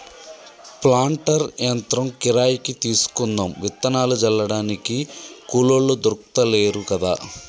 planter యంత్రం కిరాయికి తీసుకుందాం విత్తనాలు జల్లడానికి కూలోళ్లు దొర్కుతలేరు కదా